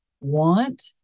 want